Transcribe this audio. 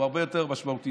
הוא הרבה יותר משמעותי.